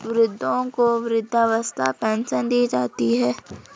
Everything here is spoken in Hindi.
वृद्धों को वृद्धावस्था पेंशन दी जाती है